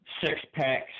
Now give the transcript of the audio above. six-packs